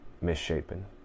misshapen